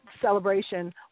celebration